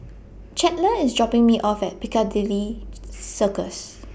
Chandler IS dropping Me off At Piccadilly Circus